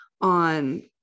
on